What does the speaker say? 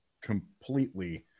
completely